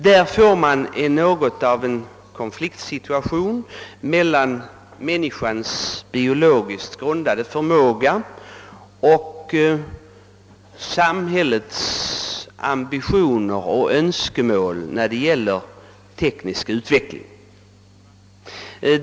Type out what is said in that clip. Det blir något av en konfliktsituation emellan människans biologiskt grundade förmåga och samhällets ambitioner och önskemål när det gäller den tekniska utvecklingen.